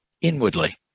inwardly